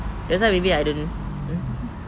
that's why maybe I don't mm